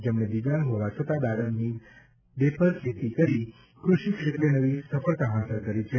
જેમણે દિવ્યાંગ હોવા છતા દાડમની બેપર ખેતી કરી ક્રષિ ક્ષેત્રે નવી સફળતા હાંસલ કરી છે